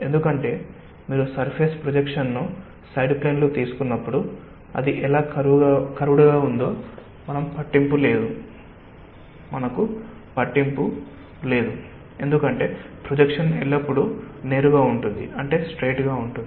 ఎందుకంటే మీరు సర్ఫేస్ ప్రొజెక్షన్ను సైడ్ ప్లేన్లో తీసుకున్నప్పుడు అది ఎలా కర్వ్డ్ గా ఉందో పట్టింపు లేదు ఎందుకంటే ప్రొజెక్షన్ ఎల్లప్పుడూ నేరుగా ఉంటుంది